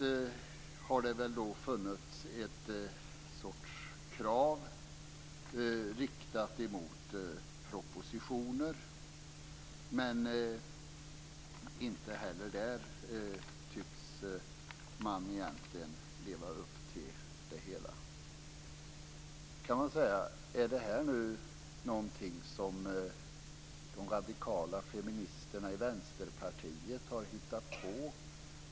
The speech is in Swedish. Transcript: På samma sätt har det funnits ett sorts krav riktat mot propositioner. Men inte heller där tycks man egentligen leva upp till det hela. Man kan ju säga: Är det här nu någonting som de radikala feministerna i Vänsterpartiet har hittat på?